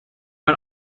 man